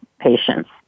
patients